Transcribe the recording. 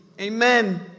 amen